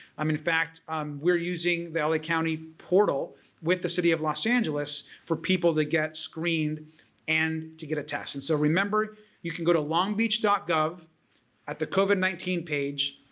um in fact we're using the la ah county portal with the city of los angeles for people to get screened and to get a test. and so remember you can go to longbeach gov at the covid nineteen page,